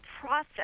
process